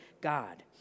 God